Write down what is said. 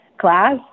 class